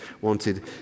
wanted